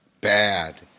bad